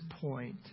point